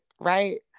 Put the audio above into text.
right